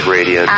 Radio